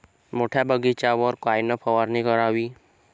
मोठ्या बगीचावर कायन फवारनी करावी?